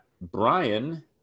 Brian